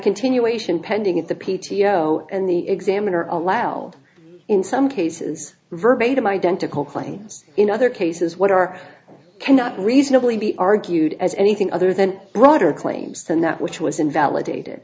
continuation pending at the p t o and the examiner allowed in some cases verbatim identical claims in other cases what are cannot reasonably be argued as anything other than broader claims than that which was invalidate